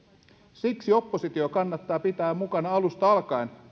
siksi oppositio kannattaa pitää mukana alusta alkaen